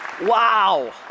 Wow